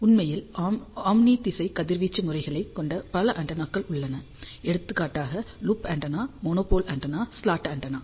உண்மையில் ஓம்னி திசை கதிர்வீச்சு முறைகளைக் கொண்ட பல ஆண்டெனாக்கள் உள்ளன எடுத்துக்காட்டாக loop antenna monopole antenna slot antenna